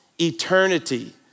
eternity